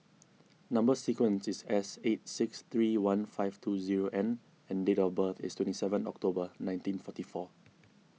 Number Sequence is S eight six three one five two zero N and date of birth is twenty seven October nineteen forty four